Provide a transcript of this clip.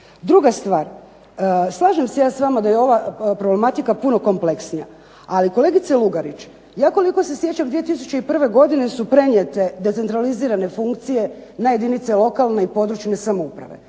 Druga stvar, slažem se ja s vama da je ova problematika puno kompleksnija, ali kolegice Lugarić ja koliko se sjećam 2001. godine su prenijete decentralizirane funkcije na jedinice lokalne i područne samouprave.